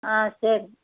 ஆ சரி